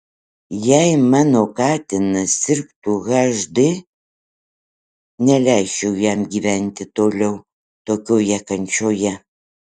jei mano katinas sirgtų hd neleisčiau jam gyventi toliau tokioje kančioje